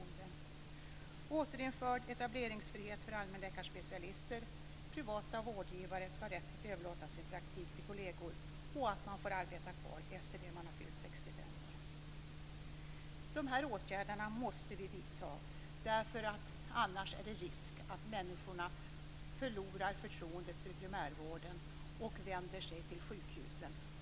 Det handlar också om återinförd etableringsfrihet för allmänläkarspecialister, om att privata vårdgivare skall ha rätt att överlåta sin praktik till kolleger och om att man skall få arbeta efter att man fyllt 65 år. De här åtgärderna måste vi vidta. Annars är det risk att människorna förlorar förtroendet för primärvården och vänder sig till sjukhusen.